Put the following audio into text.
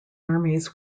armies